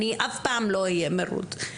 אני אף פעם לא אהיה מרוצה,